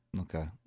Okay